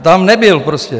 Tam nebyl prostě.